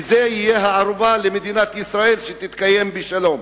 וזאת תהיה הערובה למדינת ישראל שתתקיים בשלום.